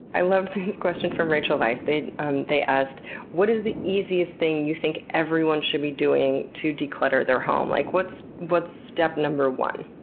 i love this question from rachel weiss, and they asked what is the easiest thing you think everyone should be doing to declutter their home? like, what's what's step number one?